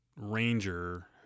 ranger